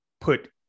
put